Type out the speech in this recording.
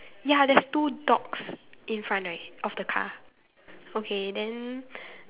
ya there's two dogs in front right of the car okay then